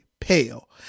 pale